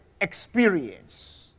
experience